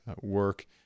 work